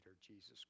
Jesus